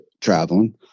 traveling